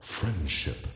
Friendship